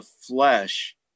flesh